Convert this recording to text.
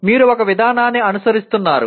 మీరు ఒక విధానాన్ని అనుసరిస్తున్నారు